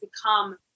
become